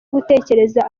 gutekereza